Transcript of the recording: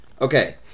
Okay